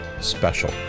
special